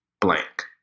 blank